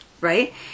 right